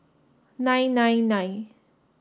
nine nine nine